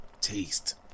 taste